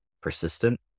persistent